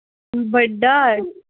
बड्डा